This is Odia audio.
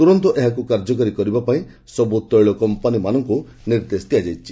ତୁରନ୍ତ ଏହାକୁ କାର୍ଯ୍ୟକାରୀ କରିବାପାଇଁ ସବୁ ତୈଳ କମ୍ପାନୀମାନଙ୍କୁ ନିର୍ଦ୍ଦେଶ ଦିଆଯାଇଛି